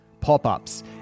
pop-ups